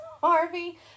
Harvey